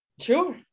sure